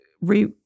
re-